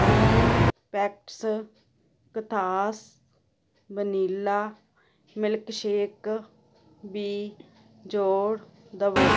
T packets ਕੋਤਾਸ vanilla milkshake ਵੀ ਜੋੜ ਦਵੋ